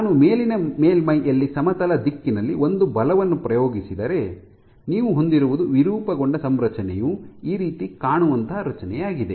ನಾನು ಮೇಲಿನ ಮೇಲ್ಮೈಯಲ್ಲಿ ಸಮತಲ ದಿಕ್ಕಿನಲ್ಲಿ ಒಂದು ಬಲವನ್ನು ಪ್ರಯೋಗಿಸಿದರೆ ನೀವು ಹೊಂದಿರುವುದು ವಿರೂಪಗೊಂಡ ಸಂರಚನೆಯು ಈ ರೀತಿ ಕಾಣುವಂತಹ ರಚನೆಯಾಗಿದೆ